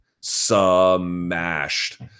smashed